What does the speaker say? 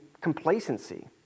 complacency